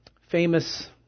famous